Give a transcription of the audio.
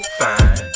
fine